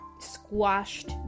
squashed